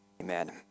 amen